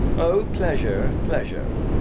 oh, pleasure, pleasure!